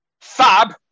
Fab